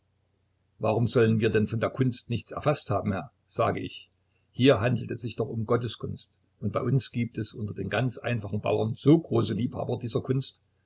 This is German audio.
warum sollen wir denn von der kunst nichts erfaßt haben herr sage ich hier handelt es sich doch um gotteskunst und bei uns gibt es unter den ganz einfachen bauern so große liebhaber dieser kunst